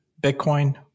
Bitcoin